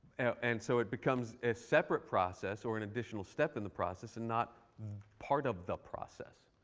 and so it becomes a separate process, or an additional step in the process, and not part of the process.